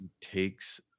takes